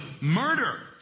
murder